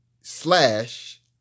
slash